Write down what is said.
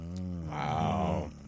Wow